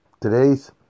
Today's